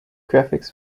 graphics